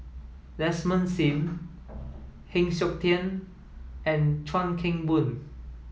Desmond Sim Heng Siok Tian and Chuan Keng Boon